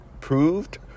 proved